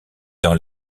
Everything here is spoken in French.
dans